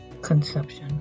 conception